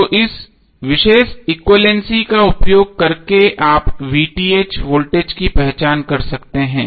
तो इस विशेष एक्विवैलेन्सी का उपयोग करके आप वोल्टेज की पहचान कर सकते हैं